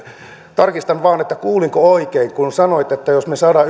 tarkistan vain kuulinko oikein sanoitteko että jos me saamme